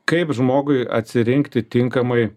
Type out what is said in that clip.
kaip žmogui atsirinkti tinkamai